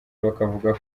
bakavuga